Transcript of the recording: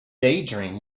daydream